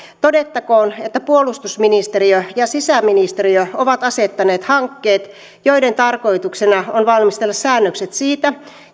todettakoon että puolustusministeriö ja sisäministeriö ovat asettaneet hankkeet joiden tarkoituksena on valmistella säännökset siitä